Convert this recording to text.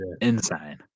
insane